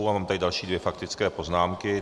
Mám tady další dvě faktické poznámky.